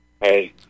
Hey